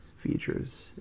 Features